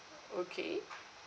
okay